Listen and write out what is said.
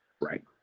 Right